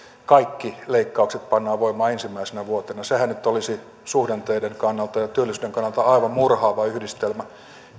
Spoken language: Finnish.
kaikki leikkaukset pannaan voimaan ensimmäisenä vuotena sehän nyt olisi suhdanteiden kannalta ja työllisyyden kannalta aivan murhaava yhdistelmä